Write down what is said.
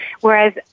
Whereas